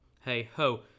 hey-ho